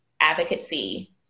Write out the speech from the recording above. advocacy